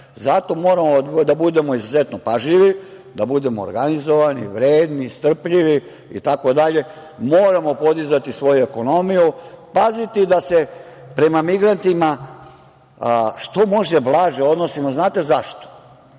Zato moramo da bude izuzetno pažljivi, da budemo organizovani, vredni, strpljivi itd. Moramo podizati svoju ekonomiju, paziti da se prema migrantima što može blaže odnosimo. Znate li zašto?